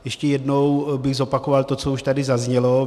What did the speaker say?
Ještě jednou bych zopakoval to, co už tady zaznělo.